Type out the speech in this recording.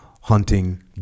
hunting